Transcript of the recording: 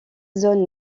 zone